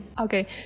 Okay